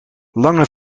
lange